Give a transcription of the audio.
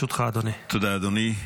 תודה, אדוני.